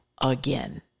again